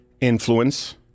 influence